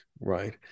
Right